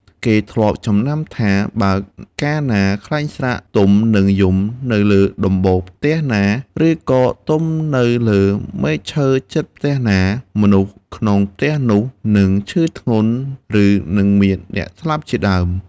គេធ្លាប់ចំណាំថា បើកាលណាខ្លែងស្រាកទំនិងយំនៅលើដំបូលផ្ទះណា ឬក៏ទំនៅលើមែកឈើជិតផ្ទះណា មនុស្សក្នុងផ្ទះនោះនឹងឈឺធ្ងន់ ឬនឹងមានអ្នកស្លាប់ជាដើម។